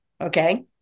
Okay